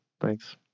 Thanks